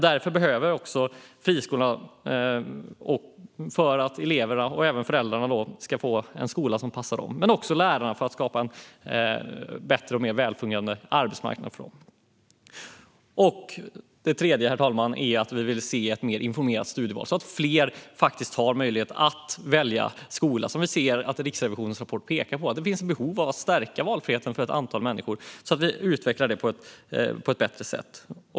Därför behövs också friskolor för att eleverna och även föräldrarna ska få en skola som passar dem. Det handlar också om att skapa en bättre och mer välfungerande arbetsmarknad för lärarna. För det tredje vill vi se ett mer informerat studieval så att fler har möjlighet att välja skola. Vi ser att Riksrevisionens rapport pekar på att det finns ett behov av att stärka valfriheten för ett antal människor så att vi utvecklar den på ett bättre sätt.